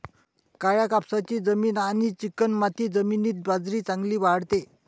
काळ्या कापसाची जमीन आणि चिकणमाती जमिनीत बाजरी चांगली वाढते